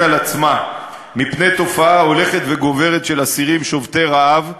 על עצמה מפני תופעה הולכת וגוברת של אסירים שובתי רעב,